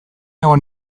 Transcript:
egon